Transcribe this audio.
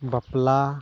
ᱵᱟᱯᱞᱟ